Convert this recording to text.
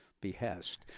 behest